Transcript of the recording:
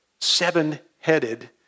seven-headed